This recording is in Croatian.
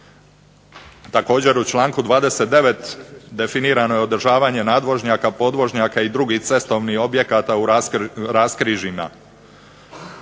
Također, u članku 29. definirano je održavanje nadvožnjaka, podvožnjaka i drugih cestovnih objekata u raskrižjima.